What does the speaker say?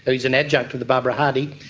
he is an adjunct at the barbara hardy,